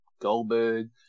Goldberg